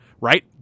right